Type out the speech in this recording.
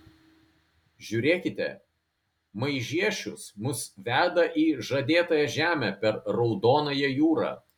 žiūrėkite maižiešius mus veda į žadėtąją žemę per raudonąją jūrą